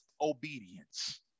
obedience